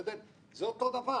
זה אותו דבר.